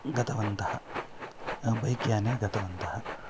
गतवन्तः बैक् याने गतवन्तः